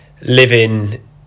living